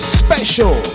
special